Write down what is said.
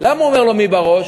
למה הוא אומר לו "מי בראש?"